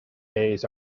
days